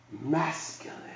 masculine